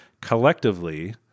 Collectively